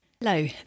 Hello